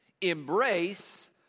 Embrace